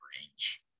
range